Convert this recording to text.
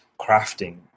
crafting